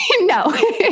No